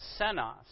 senos